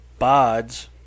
bods